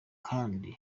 kandi